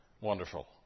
Wonderful